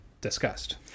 discussed